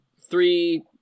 three